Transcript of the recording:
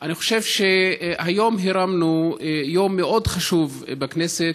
אני חושב שהיום הרמנו יום מאוד חשוב בכנסת,